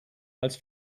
als